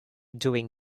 doing